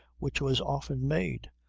which was often made.